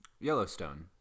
Yellowstone